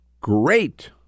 great